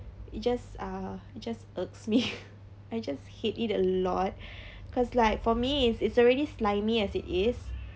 it's just uh it's just irks me I just hate it a lot because like for me it's it's already slimy as it is